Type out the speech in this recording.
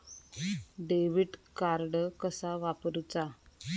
Debit card कसा वापरुचा?